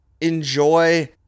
enjoy